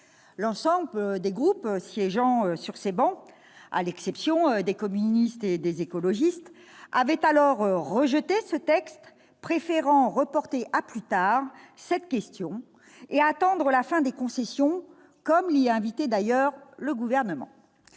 L'ensemble des groupes siégeant sur ces travées, à l'exception des communistes et des écologistes, avaient alors rejeté ce texte, préférant reporter l'examen de cette question et attendre la fin des concessions, comme l'y invitait, d'ailleurs, le Gouvernement.